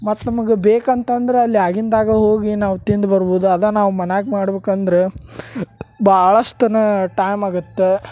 ಮತ್ತೆ ನಮಗ ಬೇಕಂತಂದ್ರ ಅಲ್ಲಿ ಆಗಿಂದಾಗ ಹೋಗಿ ನಾವು ತಿಂದು ಬರ್ಬೋದು ಅದಾ ನಾವು ಮನ್ಯಾಗ ಮಾಡ್ಬೇಕಂದ್ರ ಭಾಳಷ್ಟನ ಟೈಮ್ ಆಗತ್ತೆ